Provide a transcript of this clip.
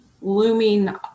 looming